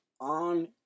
on